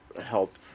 help